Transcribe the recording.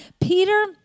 Peter